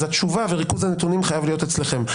אז התשובה וריכוז הנתונים חייב להיות אצלכם.